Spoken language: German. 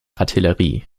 artillerie